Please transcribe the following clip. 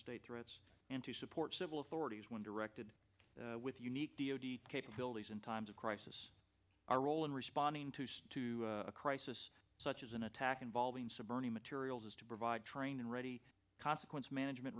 state threats and to support civil authorities when directed with unique d o d capabilities in times of crisis our role in responding to see to a crisis such as an attack involving some burning materials is to provide trained and ready consequence management